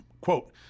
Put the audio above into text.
Quote